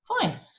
Fine